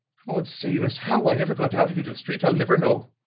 god save us, how i ever got out into the street, i'll never know.